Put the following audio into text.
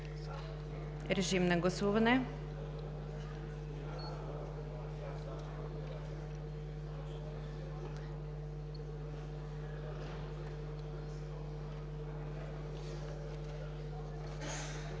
режим на гласуване.